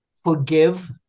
forgive